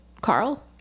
Carl